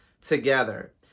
together